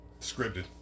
Scripted